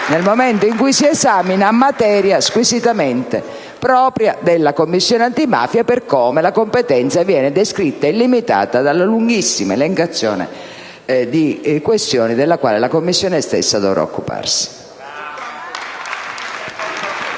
nel momento in cui si esamina, materia squisitamente propria della Commissione parlamentare antimafia per come la competenza viene descritta e limitata dalla lunghissima elencazione di questioni della quale la Commissione stessa dovrà occuparsi.